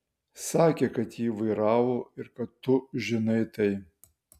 sakė kad jį vairavo ir kad tu žinai tai